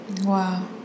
Wow